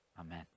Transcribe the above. Amen